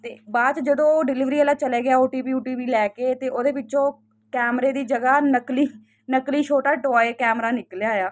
ਤੇ ਬਾਅਦ ਜਦੋਂ ਡਿਲੀਵਰੀ ਵਾਲਾ ਚਲਾ ਗਿਆ ਓ ਟੀ ਪੀ ਲੈ ਕੇ ਤੇ ਉਹਦੇ ਵਿੱਚੋਂ ਕੈਮਰੇ ਦੀ ਜਗ੍ਹਾ ਨਕਲੀ ਨਕਲੀ ਛੋਟਾ ਟੁਆਏ ਕੈਮਰਾ ਨਿਕਲਿਆ ਆ